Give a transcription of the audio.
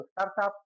startups